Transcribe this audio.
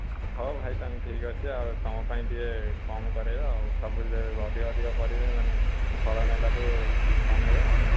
ହଉ ଭାଇ ତାହେଲେ ଠିକ୍ଅଛି ଆଉ ତୁମ ପାଇଁ ଟିକିଏ କମ୍ କରାଇବା ଆଉ ସବୁ ଯେଉଁଅଧିକ ଅଧିକ କରିବେ ମାନେ ଫଳ ନେଲାଠୁ କମାଇବା ଆଉ